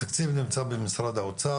התקציב נמצא במשרד האוצר,